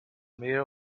mayor